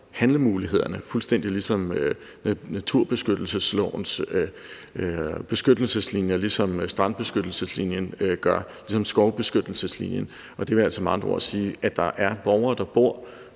sendt over – fuldstændig ligesom naturbeskyttelseslovens beskyttelseslinjer gør, ligesom strandbeskyttelseslinjen gør, ligesom skovbeskyttelseslinjen gør. Det vil altså med andre ord sige, at der er borgere, der bor